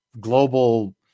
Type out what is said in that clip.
global